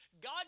God